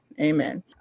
Amen